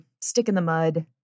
stick-in-the-mud